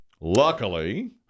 Luckily